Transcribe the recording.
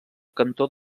cantó